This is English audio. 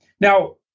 Now